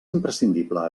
imprescindible